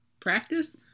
Practice